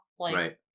Right